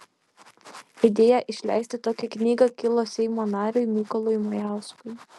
idėja išleisti tokią knygą kilo seimo nariui mykolui majauskui